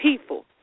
people